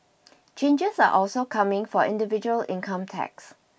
changes are also coming for individual income tax